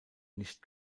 nicht